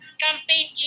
campaign